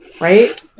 right